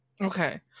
Okay